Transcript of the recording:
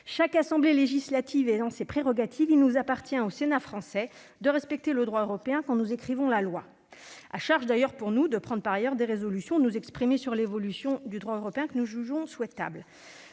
Chaque assemblée législative ayant ses prérogatives, il nous appartient, au Sénat français, de respecter le droit européen quand nous écrivons la loi, charge à nous de prendre par ailleurs des résolutions ou de nous exprimer sur les évolutions du droit européen que nous jugeons souhaitables.